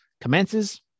commences